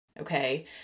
Okay